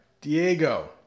Diego